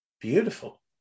Beautiful